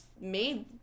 made